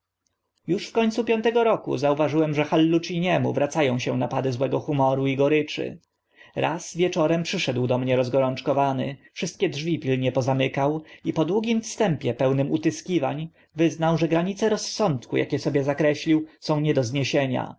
już w końcu piątego roku zauważyłem że halluciniemu wraca ą się napady złego humoru i goryczy raz wieczorem przyszedł do mnie rozgorączkowany wszystkie drzwi pilnie pozamykał i po długim wstępie pełnym utyskiwań wyznał że granice rozsądku akie sobie zakreślił są nie do zniesienia